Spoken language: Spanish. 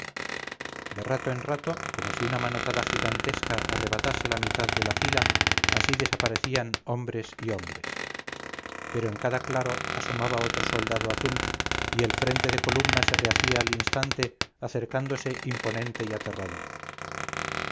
de rato en rato como si una manotada gigantesca arrebatase la mitad de la fila así desaparecían hombres y hombres pero en cada claro asomaba otro soldado azul y el frente de columna se rehacía al instante acercándose imponente y aterrador